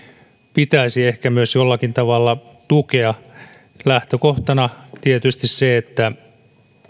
pitäisi ehkä myös jollakin tavalla tukea lähtökohtana tietysti se että